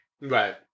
Right